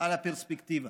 על הפרספקטיבה.